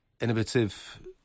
innovative